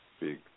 big